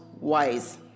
wise